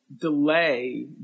delay